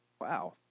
Wow